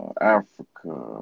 Africa